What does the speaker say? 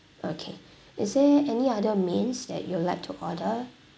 okay is there any other mains that you'd like to order